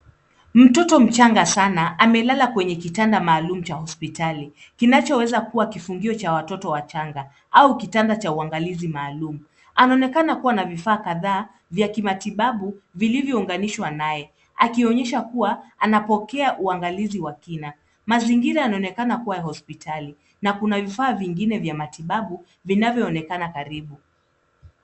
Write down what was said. Mtoto mchanga sana amelala kwenye kitanda maalum cha hospitali kinachowezakua kifungio cha watoto wachanga au kitanda cha uangalizi maalum. Anaonekana kuwa na vifaa kadhaa vya kimatibabu vilivyounganishwa naye akionyesha kuwa anapokea uangalizi wa kina. Mazingira yanaonekana kuwa ya hospitali na kuna vifaa vingine vya matibabu vinavyoonekana karibu.